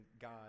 God